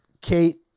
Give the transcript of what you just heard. Kate